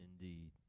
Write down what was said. indeed